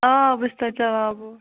آ بہٕ چھس تَتہ چَلاوان بوٹ